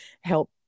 help